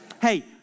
Hey